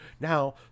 Now